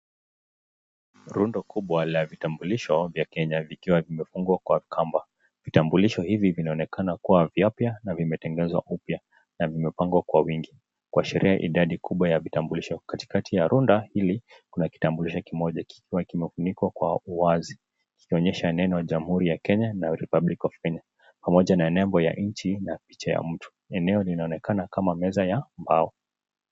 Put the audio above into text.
Mrundo kubwa la vitambulisho vya kenya vikiwa vimefungwa kwa kamba, vitambulisho hizi vinaonekana kuwa vyapya, na vimetengezwa upya na vimepangwa kwa uwingi. Kwa sharehe idadi kubwa ya vitambulisha katikati ya runda ili kuna kitambulisho kimoja kikuwa kimefunikwa kwa uwazi. kuonyesha neno jamhuri ya kenya na republic of kenya pamoja na nembo ya nchi na picha ya mtu. Eneo linaonekana ni meza ya mbao.